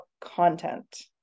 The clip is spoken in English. content